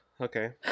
okay